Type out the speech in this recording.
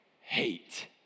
hate